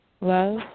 love